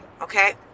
Okay